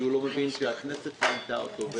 כי הוא לא מבין שהכנסת מינתה אותו,